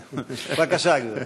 בבקשה, גברתי.